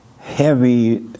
heavy